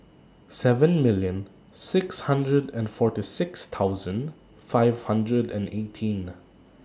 seven million six hundred and forty six thousand five hundred and eighteen